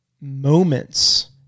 moments